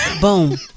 boom